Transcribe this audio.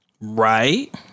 right